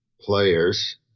players